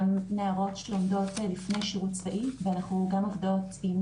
גם נערות לפני שירות צבאי ואנחנו גם עובדות עם